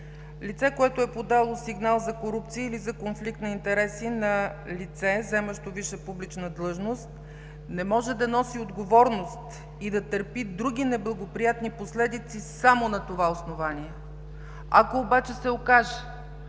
„Лице, което е подало сигнал за корупция или за конфликт на интереси на лице, заемащо висша публична длъжност, не може да носи отговорност и да търпи други неблагоприятни последици само на това основание.“ Ако обаче се окаже,